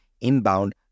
inbound